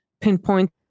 pinpoint